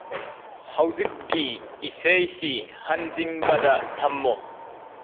ꯍꯧꯖꯤꯛꯀꯤ ꯏꯁꯩꯁꯤ ꯍꯟꯖꯤꯟꯕꯗ ꯊꯝꯃꯨ